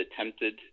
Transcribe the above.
attempted